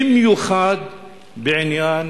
במיוחד בעניין